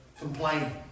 Complaining